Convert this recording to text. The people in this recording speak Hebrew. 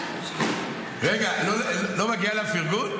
רגע, לא מגיע לה פרגון?